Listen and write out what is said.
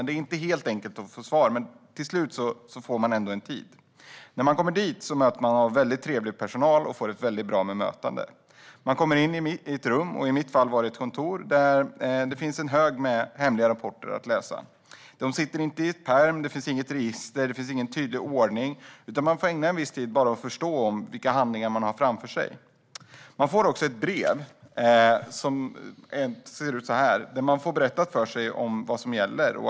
Det är inte helt enkelt att få svar, men till slut får man ändå en tid. När man kommer dit möts man av väldigt trevlig personal och får ett väldigt bra bemötande. Man kommer in i ett rum, i mitt fall var det ett kontor, där det finns en hög med hemliga rapporter att läsa. De sitter inte i en pärm, och det finns inget register eller någon tydlig ordning. Man får ägna en viss tid till att bara förstå vilka handlingar man har framför sig. Man får också ett brev där man får berättat för sig vad som gäller.